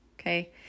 Okay